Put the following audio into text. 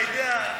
אתה יודע.